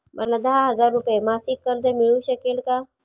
मला दहा हजार रुपये मासिक कर्ज मिळू शकेल का?